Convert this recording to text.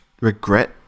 regret